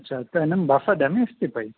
अच्छा त हिनमें बर्फ़अ ॼमेंसि थी पई